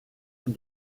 and